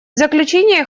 заключение